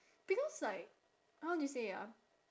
because like how do you say ah